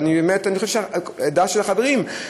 אני באמת חושב שזו הדעה של החברים,